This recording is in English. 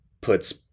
puts